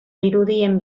irudien